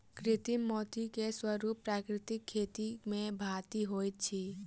कृत्रिम मोती के स्वरूप प्राकृतिक मोती के भांति होइत अछि